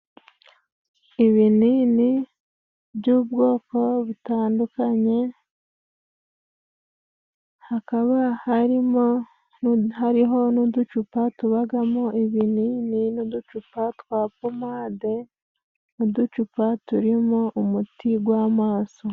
Ibinini by'ubwoko butandukanye, hakaba harimo hariho n'uducupa tubagamo ibinini, n'uducupa twa pomade, uducupa turimo umuti gw'amaso.